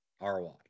ROI